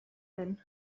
den